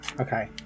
okay